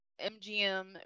MGM